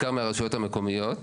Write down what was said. בעיקר מהרשויות המקומיות.